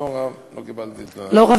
גברתי היושבת-ראש, חברי